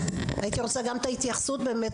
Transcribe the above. הייתי רוצה גם את ההתייחסות באמת,